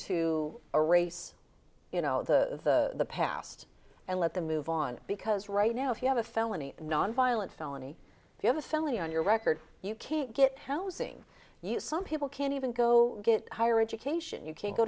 to a race you know the past and let them move on because right now if you have a felony nonviolent felony you have a felony on your record you can't get housing you some people can't even go get higher education you can't go